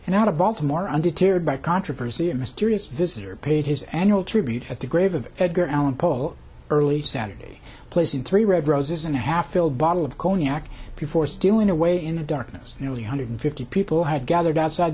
and out of baltimore undeterred by controversy a mysterious visitor paid his annual tribute at the grave of edgar allan poe early saturday placing three red roses and a half filled bottle of cognac before stealing away in the darkness nearly a hundred fifty people had gathered outside